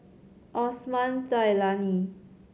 Osman Zailani